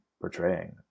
portraying